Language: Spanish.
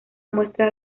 muestra